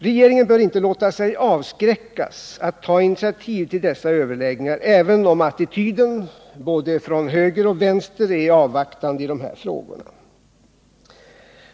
Regeringen bör inte låta sig avskräckas att ta initiativ till dessa överläggningar även om attityden från både höger och vänster är avvaktande i dessa frågor.